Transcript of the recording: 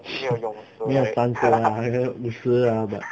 没有 touchwood lah 那个五十啦 but